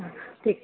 ਠੀਕ